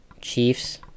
Chiefs